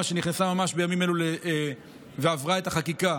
שנכנסה ממש בימים אלו ועברה את החקיקה